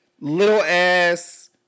little-ass